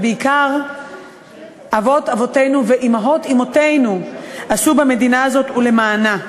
ובעיקר אבות-אבותינו ואמות-אמותינו עשו במדינה הזאת ולמענה.